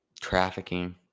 trafficking